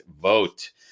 vote